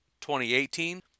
2018